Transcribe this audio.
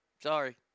Sorry